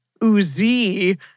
Uzi